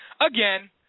again